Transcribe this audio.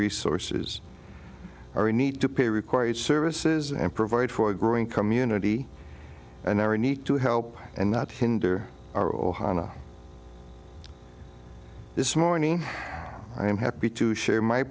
resources or we need to pay required services and provide for a growing community and our need to help and not hinder our ohana this morning i am happy to share my